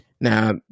Now